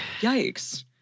Yikes